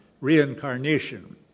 reincarnation